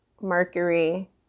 Mercury